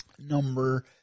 Number